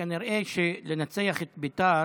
כנראה שלנצח את בית"ר,